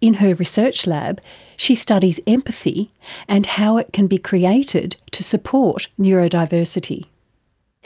in her research lab she studies empathy and how it can be created to support neurodiversityjill